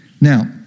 Now